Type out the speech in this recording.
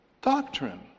Doctrine